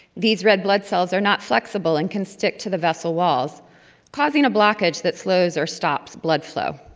these red blood cells are not flexible and can stick to the vessel walls causing a blockage that slows or stops blood flow.